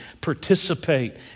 participate